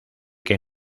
que